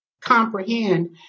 comprehend